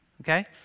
Okay